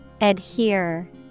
adhere